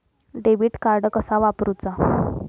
Debit card कसा वापरुचा?